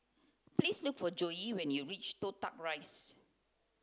please look for Joye when you reach Toh Tuck Rise